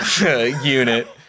unit